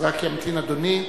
אז ימתין אדוני.